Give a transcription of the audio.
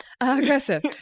aggressive